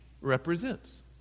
represents